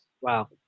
Wow